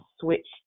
switch